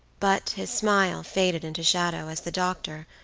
but his smile faded into shadow as the doctor,